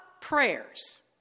prayers